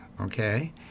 Okay